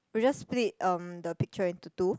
we just split um the picture into two